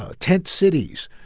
ah tent cities,